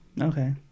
Okay